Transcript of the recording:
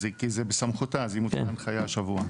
כי זה בסמכותה אז היא מוציאה הנחייה השבוע.